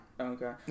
Okay